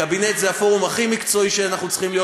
קבינט זה הפורום הכי מקצועי שצריך להיות.